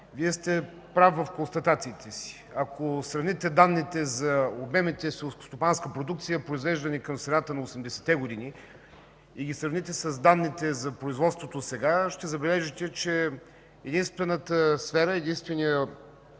Вие сте прав в констатациите си. Ако сравните данните за обемите селскостопанска продукция, произвеждани към средата на 80-те години, и ги сравните с данните за производството сега, ще забележите, че единствената сфера, единствената